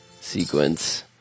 sequence